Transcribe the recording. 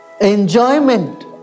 Enjoyment